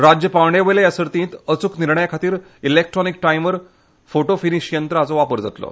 राज्य पांवड्या वयले हे सर्तींत अचूक निर्णया खातीर इकलेक्ट्रॉनिक टायमर फोटो फीनीश यंत्र हांचो वापर जातलो